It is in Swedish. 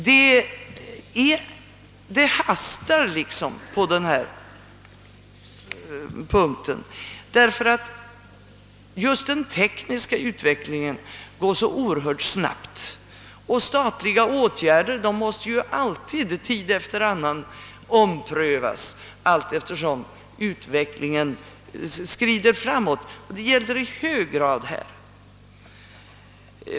Det hastar på den här punkten, därför att den tekniska utvecklingen går så oerhört snabbt, Statliga åtgärder av olika slag måste sålunda alltid tid efter annan omprövas, allteftersom utvecklingen skrider framåt, och detta gäller i hög grad här.